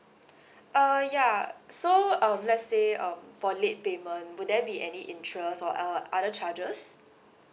uh ya so um let's say um for late payment would there be any interest or l~ uh other charges